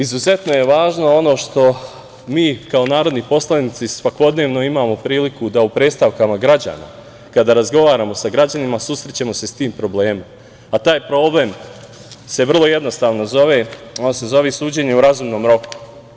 Izuzetno je važno što mi, kao narodni poslanici, svakodnevno imamo priliku da u predstavkama građana, kada razgovaramo sa građanima, susrećemo se s tim problemom, a taj problem se vrlo jednostavno zove, ono se zove - suđenje u razumnom roku.